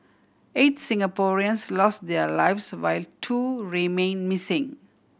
eight Singaporeans lost their lives while two remain missing